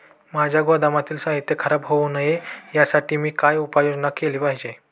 माझ्या गोदामातील साहित्य खराब होऊ नये यासाठी मी काय उपाय योजना केली पाहिजे?